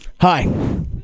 hi